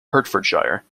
hertfordshire